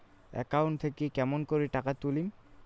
Account থাকি কেমন করি টাকা তুলিম?